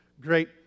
great